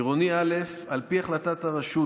עירוני א' על פי החלטת הרשות,